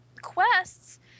quests